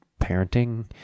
parenting